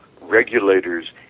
regulators